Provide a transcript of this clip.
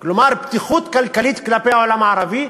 כלומר פתיחות כלכלית כלפי העולם הערבי,